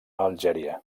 algèria